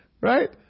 Right